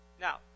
Now